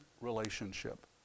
relationship